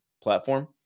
platform